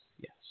Yes